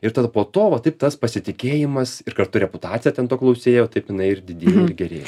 ir tada po to va taip tas pasitikėjimas ir kartu reputacija ten to klausėjo taip jinai ir didėja ir gerėja